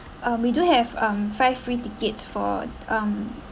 um we do have um five free tickets for um